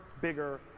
bigger